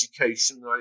education